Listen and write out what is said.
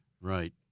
Right